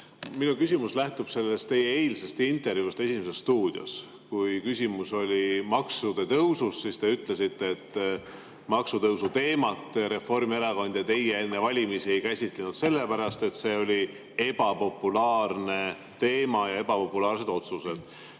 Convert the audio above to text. Minu küsimus lähtub teie eilsest intervjuust "Esimeses stuudios". Kui küsimus oli maksude tõusust, siis te ütlesite, et maksude tõusu teemat Reformierakond ja teie enne valimisi ei käsitlenud sellepärast, et see oli ebapopulaarne teema ja need olid ebapopulaarsed otsused.